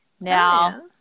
Now